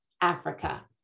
Africa